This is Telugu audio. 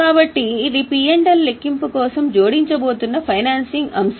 కాబట్టి ఇది P L లెక్కింపు కోసం జోడించబోతున్న ఫైనాన్సింగ్ అంశం